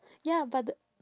ya but the